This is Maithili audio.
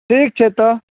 ठीक छै तऽ